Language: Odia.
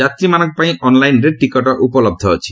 ଯାତ୍ରୀମାନଙ୍କ ପାଇଁ ଅନ୍ଲାଇନ୍ରେ ଟିକଟ ଉପଲହ୍ଧ ଅଛି